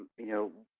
you know,